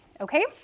okay